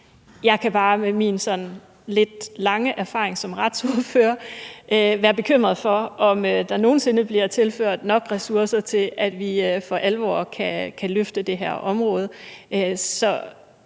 Jeg kan bare med min sådan lidt lange erfaring som retsordfører være bekymret for, om der nogen sinde bliver tilført nok ressourcer til, at vi for alvor kan løfte det her område.